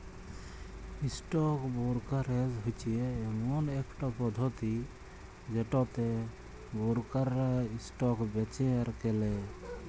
stock brokerage হচ্যে ইমন একট পধতি যেটতে বোরকাররা ইসটক বেঁচে আর কেলে